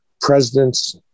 presidents